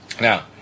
Now